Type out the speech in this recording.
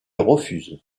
refuse